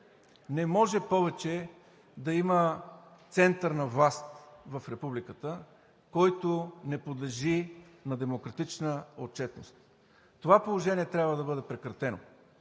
Не може повече да има център на властта в Републиката, който не подлежи на демократична отчетност. Това положение трябва да бъде прекратено!